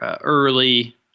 early